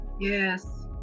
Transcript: Yes